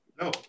no